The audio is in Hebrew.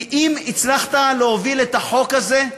כי אם הצלחת להוביל את החוק הזה,